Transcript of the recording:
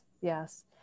yes